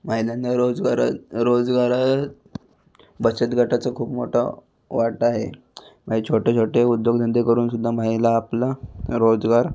महिलांना रोजगारा रोजगारात बचत गटाचं खूप मोठा वाटा आहे म्हणजे छोटे छोटे उद्योगधंदे करुनसुद्धा महिला आपलं रोजगार